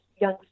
young